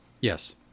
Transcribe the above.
Yes